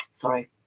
sorry